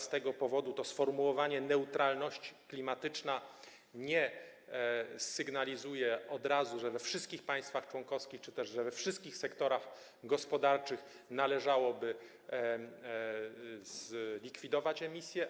Z tego powodu to sformułowanie „neutralność klimatyczna” nie sygnalizuje od razu, że we wszystkich państwach członkowskich czy też we wszystkich sektorach gospodarczych należałoby zlikwidować emisję.